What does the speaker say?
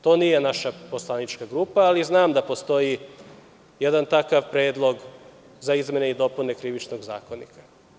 To nije naša poslanička grupa, ali znam da postoji jedan takav predlog za izmene i dopune Krivičnog zakonika.